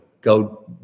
Go